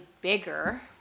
bigger